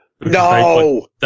No